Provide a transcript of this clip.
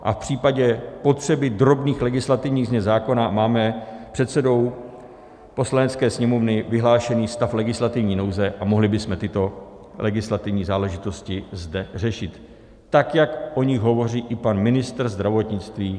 A v případě potřeby drobných legislativních změn zákona máme předsedou Poslanecké sněmovny vyhlášený stav legislativní nouze a mohli bychom tyto legislativní záležitosti zde řešit, tak jak o nich hovoří i pan ministr zdravotnictví.